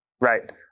Right